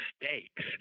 mistakes